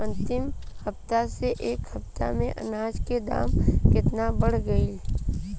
अंतिम हफ्ता से ए हफ्ता मे अनाज के दाम केतना बढ़ गएल?